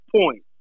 point